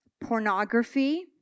pornography